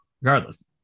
regardless